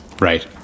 right